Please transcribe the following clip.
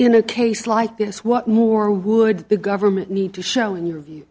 in a case like this what more would the government need to show in your view